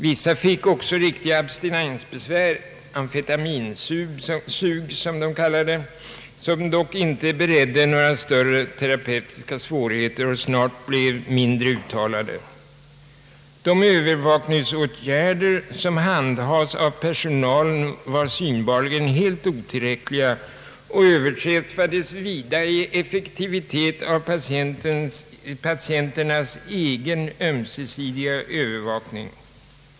Vissa fick också riktiga abstinensbesvär — amfetaminsug som de kallar det — vilka dock inte beredde några större terapeutiska svårigheter och snart blev mindre uttalade. De övervakningsåtgärder som handhas av personalen var synbarligen helt otillräckliga och överträffades vida i effektivitet av patienternas egen ömsesidiga övervakning.